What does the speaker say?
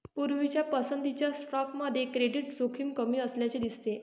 पूर्वीच्या पसंतीच्या स्टॉकमध्ये क्रेडिट जोखीम कमी असल्याचे दिसते